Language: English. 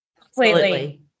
Completely